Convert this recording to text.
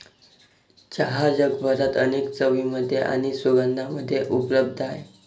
चहा जगभरात अनेक चवींमध्ये आणि सुगंधांमध्ये उपलब्ध आहे